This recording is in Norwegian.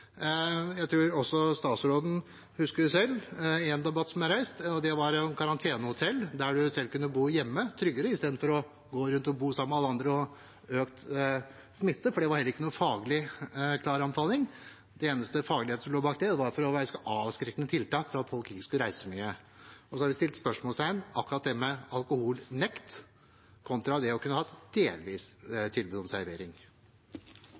Jeg tror også statsråden husker det selv i en debatt som er reist. Det var om karantenehotell der man kunne bo hjemme og tryggere istedenfor å bo sammen med andre og med økt smitte. Det var heller ikke noen klar faglig anbefaling. Det eneste faglige var at vi skulle ha avskrekkende tiltak for at folk ikke skulle reise så mye. Så har vi satt spørsmålstegn ved akkurat det med alkoholnekt kontra det å ha kunne ha et delvis tilbud om servering.